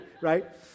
right